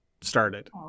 started